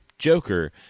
joker